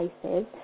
places